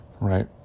right